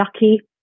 lucky